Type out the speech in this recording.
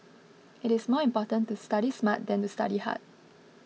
it is more important to study smart than to study hard